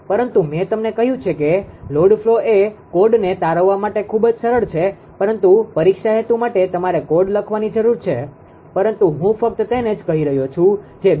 પરંતુ મેં તમને કહ્યું છે કે લોડ ફ્લો એ કોડને તારવવા માટે ખૂબ જ સરળ છે પરંતુ પરીક્ષા હેતુ માટે તમારે કોડ લખવાની જરૂર છે પરંતુ હું ફક્ત તેને જ કહી રહ્યો છું જે બી